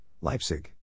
Leipzig